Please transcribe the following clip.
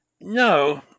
No